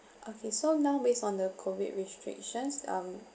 okay so now based on the COVID restrictions um